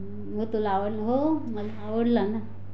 मग तुला आवडला हो मला आवडला ना